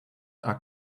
are